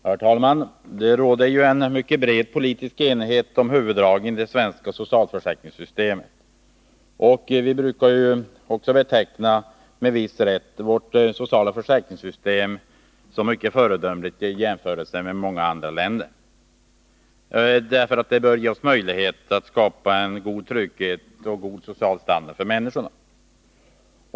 Herr talman! Det råder ju en mycket bred politisk enighet om huvuddragen i det svenska socialförsäkringssystemet. Vi brukar också med viss rätt beteckna vårt sociala försäkringssystem som föredömligt i jämförelse med många andra länders. Det ger oss möjlighet att skapa trygghet och en god social standard för människorna.